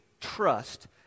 trust